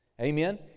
Amen